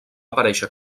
aparèixer